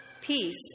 Peace